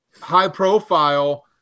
high-profile